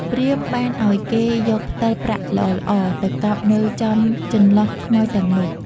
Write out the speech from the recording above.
ព្រាហ្មណ៍បានឲ្យគេយកផ្ដិលប្រាក់ល្អៗ ទៅកប់នៅចំចន្លោះខ្មោចទាំងនោះ។